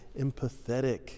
empathetic